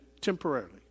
temporarily